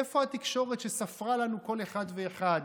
איפה התקשורת שספרה לנו כל אחד ואחד